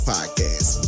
Podcast